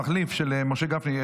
המחליף של משה גפני,